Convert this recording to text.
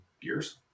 years